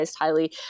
highly